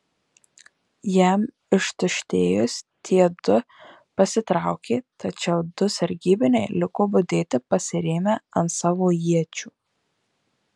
jam ištuštėjus tie du pasitraukė tačiau du sargybiniai liko budėti pasirėmę ant savo iečių